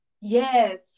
Yes